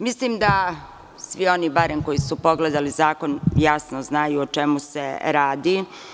Mislim da svi oni barem koji su pogledali zakon jasno znaju o čemu se radi.